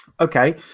okay